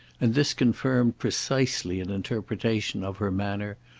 and this confirmed precisely an interpretation of her manner,